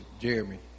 Jeremy